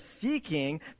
seeking